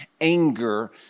anger